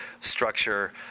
structure